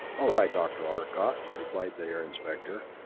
all right, dr. arcot, replied the air inspector.